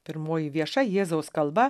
pirmoji vieša jėzaus kalba